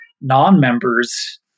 non-members